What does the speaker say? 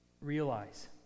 realize